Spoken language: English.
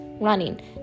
running